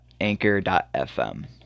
anchor.fm